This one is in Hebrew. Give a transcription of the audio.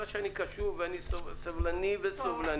את רואה שאני קשוב ואני סבלני וסובלני.